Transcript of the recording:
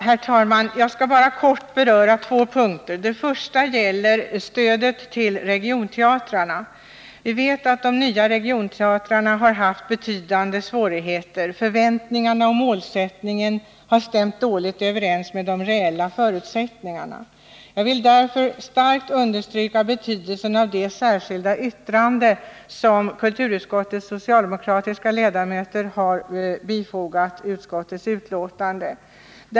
Herr talman! Jag skall bara i korthet beröra två punkter. Den första punkten gäller stödet till regionteatrarna. Vi vet att de nya regionteatrarna har haft betydande svårigheter. Förväntningarna och målsättningen har stämt dåligt överens med de reella förutsättningarna. Jag vill därför starkt understryka betydelsen av det särskilda yttrande som kulturutskottets socialdemokratiska ledamöter har fogat till utskottsbetänkandet.